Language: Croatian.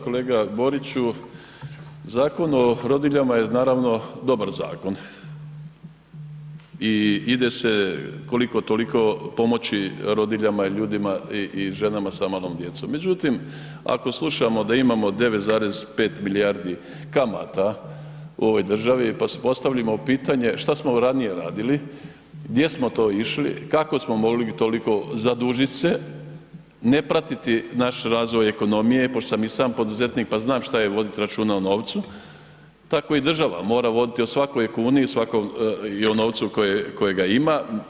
Kolega Boriću, zakon o rodiljama je naravno dobar zakon i ide se koliko-toliko pomoći rodiljama i ljudima i ženama sa malom djecom međutim ako slušamo da imamo 9,5 milijardi kamata u ovoj državi pa si postavimo pitanje šta smo ranije radili, gdje smo to išli, kako smo mogli toliko zadužit se, ne pratiti naš razvoj ekonomije pošto sam i sam poduzetnik pa znam šta je vodit računa o novcu, tako i država mora vodit o svakoj kuni i o novcu kojega ima.